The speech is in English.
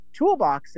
toolboxes